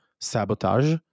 sabotage